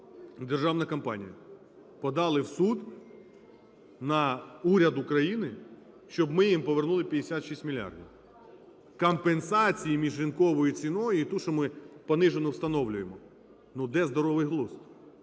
державна компанія, подали в суд на уряд України, щоб ми їм повернули 56 мільярдів компенсації між ринковою ціною і тією, що ми понижену встановлюємо. Ну, де здоровий глузд?